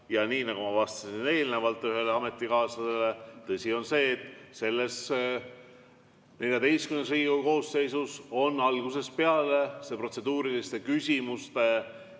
Ja nii nagu ma vastasin eelnevalt ühele ametikaaslasele, tõsi on see, et selles XIV Riigikogu koosseisus on algusest peale protseduuriliste küsimuste